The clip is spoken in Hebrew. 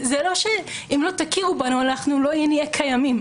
זה לא שאם לא תכירו בנו אנחנו לא נהיה קיימים.